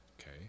okay